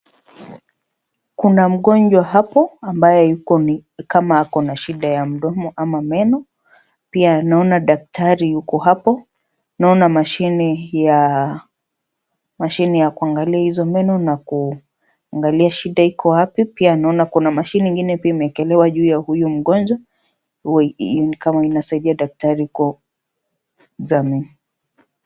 Kuna mgonjwa hapo ambaye ako na shida ya mdomo ama meno, pia naona daktari yuko hapo. Naona mashine ya kuangalia hizo meno na kuangalia shida iko wapi, pia naona kuna mashine nyingine pia imewekelewa juu ya huyu mgonjwa ni kama inasaidia daktari kwa examine .